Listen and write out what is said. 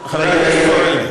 חברת הכנסת קורן.